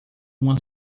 uma